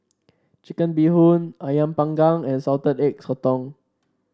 Chicken Bee Hoon ayam panggang and Salted Egg Sotong